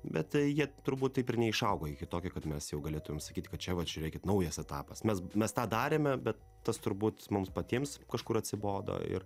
bet tai turbūt taip ir neišaugo iki tokio kad mes jau galėtumėm sakyt kad čia vat žiūrėkit naujas etapas mes mes tą darėme bet tas turbūt mums patiems kažkur atsibodo ir